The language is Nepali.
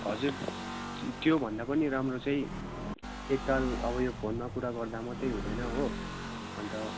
हजुर त्योभन्दा पनि राम्रो चाहिँ एकताल अब यो फोनमा कुरा गर्दा मात्रै हुँदैन हो अनि त